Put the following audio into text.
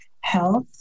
health